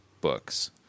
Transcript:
books